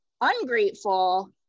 ungrateful